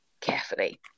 carefully